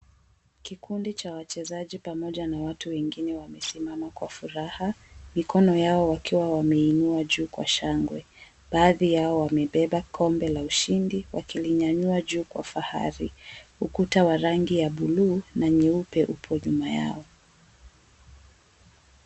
Kikundi cha wachezaji pamoja na watu wengine wamesimama kwa furaha, mikono yao wakiwa wameiinua juu kwa shangwe. Baadhi yao wamebeba kombe la ushindi wakilinyanyua juu kwa fahari. Ukuta wa rangi ya buluu na nyeupe upo nyuma yao.